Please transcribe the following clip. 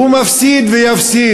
הוא מפסיד ויפסיד.